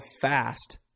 fast